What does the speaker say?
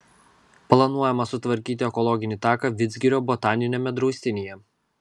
planuojama sutvarkyti ekologinį taką vidzgirio botaniniame draustinyje